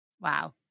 Wow